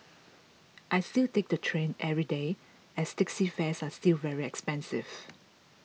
I still take the train every day as taxi fares are still very expensive